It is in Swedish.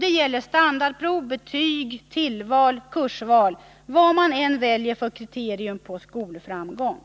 Det gäller standardprov. betyg, tillval, kursval — vad man än väljer för kriterium på skolframgång.